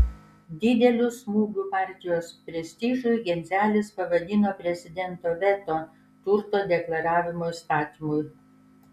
dideliu smūgiu partijos prestižui genzelis pavadino prezidento veto turto deklaravimo įstatymui